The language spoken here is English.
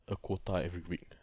a quota every week